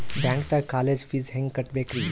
ಬ್ಯಾಂಕ್ದಾಗ college fees ಹೆಂಗ್ ಕಟ್ಟ್ಬೇಕ್ರಿ?